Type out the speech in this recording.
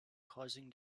causing